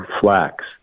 flax